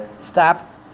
stop